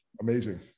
Amazing